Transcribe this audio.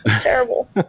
terrible